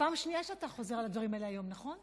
פעם שנייה שאתה חוזר על הדברים האלה היום, נכון?